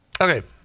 Okay